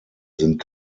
sind